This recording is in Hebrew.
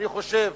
אני חושב